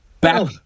back